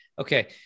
Okay